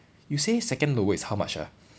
you say second lower is how much ah